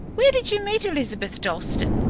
where did you meet elizabeth dalstan?